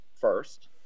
first